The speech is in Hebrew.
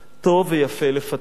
טוב ויפה לפתח".